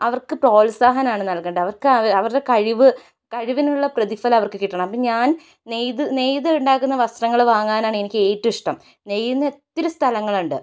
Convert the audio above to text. അവർക്ക് പ്രോത്സാഹനമാണ് നൽകണ്ടത് അവർക്ക് അവരുടെ കഴിവ് കഴിവിനുള്ള പ്രതിഫലം അവർക്ക് കിട്ടണം അപ്പോൾ ഞാൻ നെയ്ത് നെയ്ത് ഉണ്ടാക്കുന്ന വസ്ത്രങ്ങള് വാങ്ങാനാണ് എനിക്ക് ഏറ്റവും ഇഷ്ടം നെയ്യുന്ന ഒത്തിരി സ്ഥലങ്ങളുണ്ട്